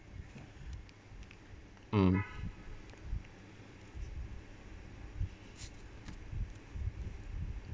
mm